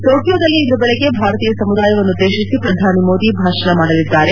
ಟೋಕಿಯೊದಲ್ಲಿ ಇಂದು ಬೆಳಗ್ಗೆ ಭಾರತೀಯ ಸಮುದಾಯವನ್ನುದ್ದೇಶಿಸಿ ಪ್ರಧಾನಿ ಮೋದಿ ಭಾಷಣ ಮಾಡಲಿದ್ದಾರೆ